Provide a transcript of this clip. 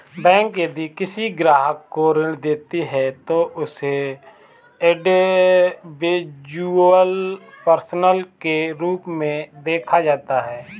bank यदि किसी ग्राहक को ऋण देती है तो उसे इंडिविजुअल पर्सन के रूप में देखा जाता है